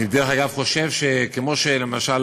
אני, דרך אגב, חושב שכמו שלמשל